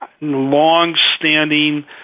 long-standing